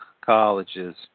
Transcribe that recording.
colleges